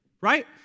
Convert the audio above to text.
Right